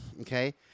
okay